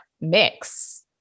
mix